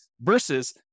versus